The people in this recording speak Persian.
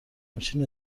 همچین